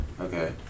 Okay